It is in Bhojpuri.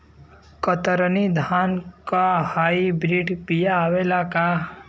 कतरनी धान क हाई ब्रीड बिया आवेला का?